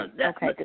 okay